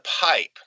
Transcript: pipe